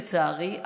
לצערי,